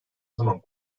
zaman